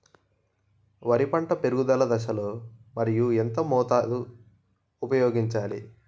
వరి పంట పెరుగుదల దశలో యూరియా ఎంత మోతాదు ఊపయోగించాలి?